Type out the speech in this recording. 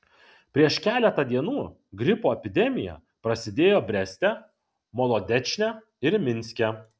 prieš keletą dienų gripo epidemija prasidėjo breste molodečne ir minske